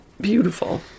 Beautiful